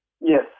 Yes